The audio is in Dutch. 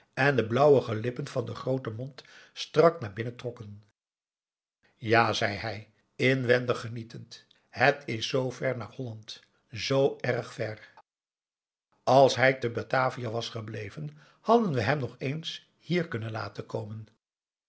en de blauwige lippen van den grooten mond strak naar binnen trokken ja zei hij inwendig genietend het is zoo ver naar holland zoo erg ver als hij te batavia was gebleven hadden we hem nog eens hier kunnen laten komen